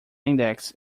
index